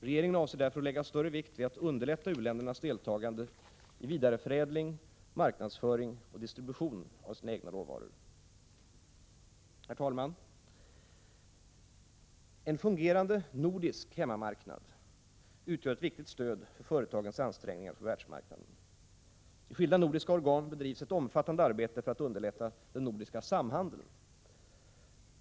Regeringen avser därför att lägga större vikt vid att underlätta u-ländernas deltagande i vidareförädling, marknadsföring och distribution av sina egna råvaror. Herr talman! En fungerande nordisk hemmamarknad utgör ett viktigt stöd för företagens ansträngningar på världsmarknaden. I skilda nordiska organ bedrivs ett omfattande arbete för att underlätta den nordiska samhandeln.